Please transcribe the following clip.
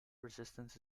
resistance